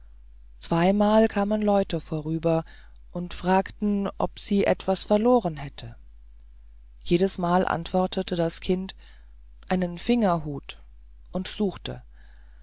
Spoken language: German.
zweimal kamen leute vorüber und fragten ob sie etwas verloren hätte jedesmal antwortete das kind einen fingerhut und suchte